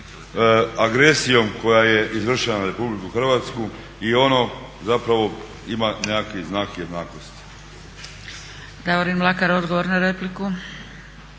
agresijom koja je izvršena na Republiku Hrvatsku i ono zapravo ima nekakvi znak jednakosti.